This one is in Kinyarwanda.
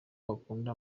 bakunda